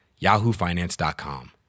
yahoofinance.com